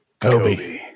Kobe